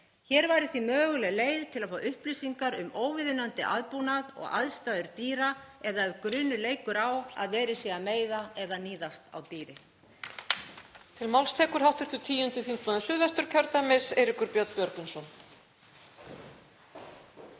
Hér væri því möguleg leið til að fá upplýsingar um óviðunandi aðbúnað og aðstæður dýra eða ef grunur leikur á að verið sé að meiða eða níðast á dýri.